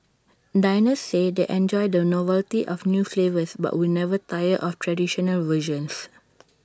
diners say they enjoy the novelty of new flavours but will never tire of traditional versions